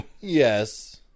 Yes